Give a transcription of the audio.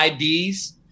IDs